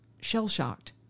shell-shocked